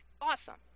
awesome